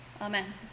Amen